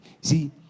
see